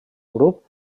grup